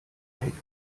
hängen